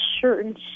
certain